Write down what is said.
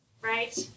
right